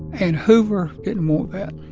and hoover didn't want that.